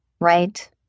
right